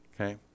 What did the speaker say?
Okay